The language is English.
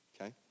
okay